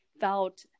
felt